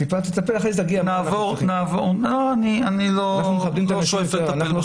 נעבור --- קודם תטפל ואחרי זה תגיע --- אני לא שואף לטפל בכם.